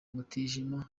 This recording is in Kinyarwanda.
mutijima